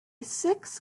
six